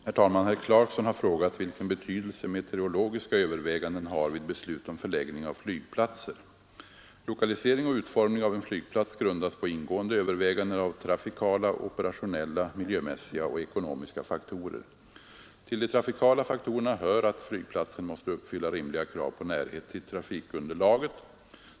Herr talman! Herr Clarkson har frågat vilken betydelse meteorologiska överväganden har vid beslut om förläggning av flygplatser. Lokalisering och utformning av en flygplats grundas på ingående överväganden av trafikala, operationella, miljömässiga och ekonomiska faktorer. Till de trafikala faktorerna hör att flygplatsen måste uppfylla rimliga krav på närhet till trafikunderlaget.